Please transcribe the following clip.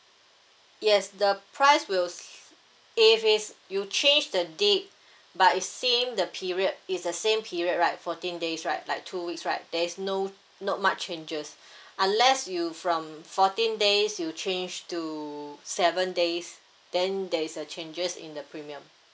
yes the price will s~ if is you change the date but is same the period is the same period right fourteen days right like two weeks right there's no not much changes unless you from fourteen days you change to seven days then there is a changes in the premium